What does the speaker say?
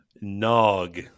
nog